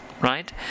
Right